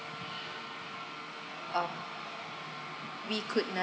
uh we could